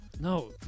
No